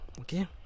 okay